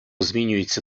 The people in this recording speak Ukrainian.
змінюється